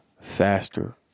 faster